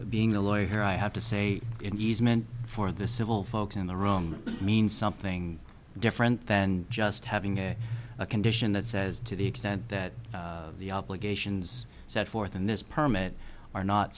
being a lawyer i have to say in easement for the civil folks in the room means something different than just having a condition that says to the extent that the obligations set forth in this permit are not